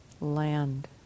land